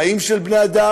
חיים של בני-אדם,